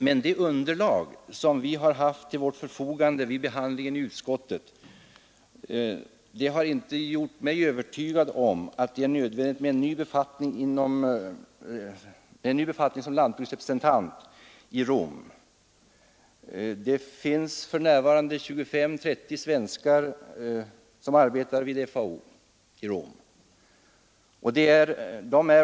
Men det underlag som vi har haft till vårt förfogande vid behandlingen i utskottet har inte gjort mig övertygad om att det är nödvändigt med en ny befattning som lantbruksrepresentant i Rom, Det finns för närvarande 25—30 svenskar som arbetar vid FAO i Rom.